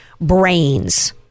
brains